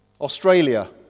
Australia